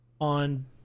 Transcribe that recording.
on